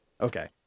Okay